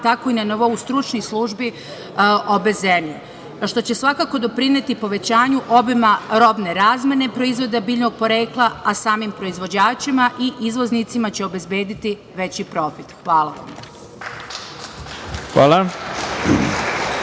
tako i na nivou stručnih službi obe zemlje, što će svakako doprineti povećanju obima robne razmene, proizvoda biljnog porekla, a samim proizvođačima i izvoznicima će obezbediti veći profit. Hvala. **Ivica